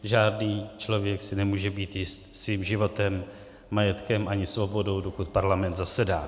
Žádný člověk si nemůže být jist svým životem, majetkem ani svobodou, dokud parlament zasedá.